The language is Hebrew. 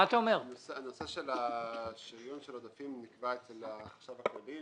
הנושא של השריון של העודפים הוא אצל החשב הכללי.